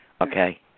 Okay